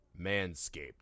Manscaped